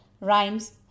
Rhymes